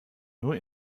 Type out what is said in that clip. nur